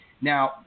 Now